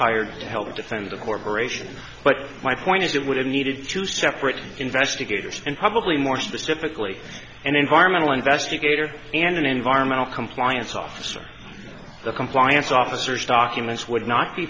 hired to help defend the corporation but my point is that would have needed to separate investigators and probably more specifically and environmental investigator and an environmental compliance officer the compliance officers documents would not be